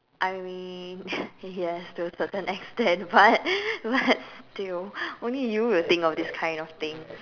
I mean yes to a certain extent but but I think you only you will think of this kind of thing